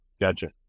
Gotcha